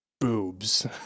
Boobs